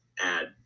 add